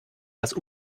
das